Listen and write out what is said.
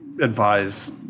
advise